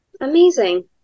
amazing